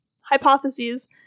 hypotheses